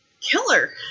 killer